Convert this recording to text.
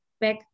back